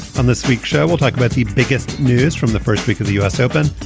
on this week's show we'll talk about the biggest news from the first week of the u s. open.